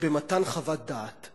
ובמתן חוות דעת.